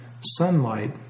Sunlight